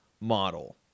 model